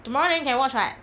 tomorrow then we can watch [what]